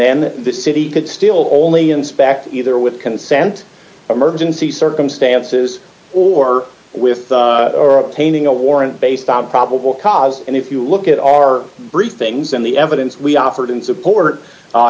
then the city could still only inspect either with consent emergency circumstances or with or obtaining a warrant based on probable cause and if you look at our briefings in the evidence we offered in support